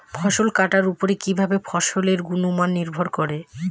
ফসল কাটার উপর কিভাবে ফসলের গুণমান নির্ভর করে?